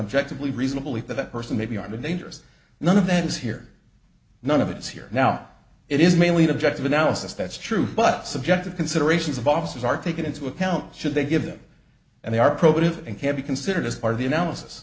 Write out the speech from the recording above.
objective we reasonably thought that person may be armed and dangerous none of that is here none of it is here now it is mainly objective analysis that's true but subjective considerations of officers are taken into account should they give them and they are probative and can be considered as part of the analysis